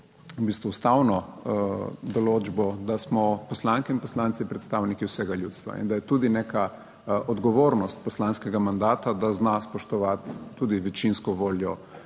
v bistvu ustavno določbo, da smo poslanke in poslanci predstavniki vsega ljudstva in da je tudi neka odgovornost poslanskega mandata, da zna spoštovati tudi večinsko voljo